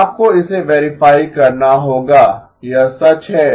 आपको इसे वेरीफाई करना होगा यह सच है